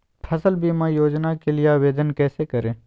फसल बीमा योजना के लिए आवेदन कैसे करें?